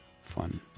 fun